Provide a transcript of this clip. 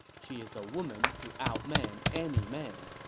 she is a woman to outman any man.